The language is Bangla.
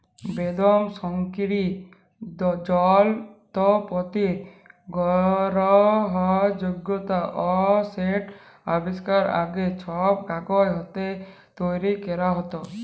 বেদম স্বয়ংকিরিয় জলত্রপাতির গরহলযগ্যতা অ সেট আবিষ্কারের আগে, ছব কাগজ হাতে তৈরি ক্যরা হ্যত